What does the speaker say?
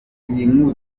nkuru